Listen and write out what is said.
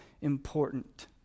important